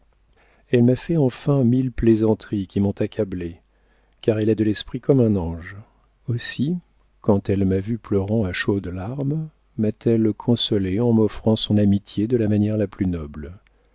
elle m'a fait enfin mille plaisanteries qui m'ont accablé car elle a de l'esprit comme un ange aussi quand elle m'a vu pleurant à chaudes larmes m'a-t-elle consolé en m'offrant son amitié de la manière la plus noble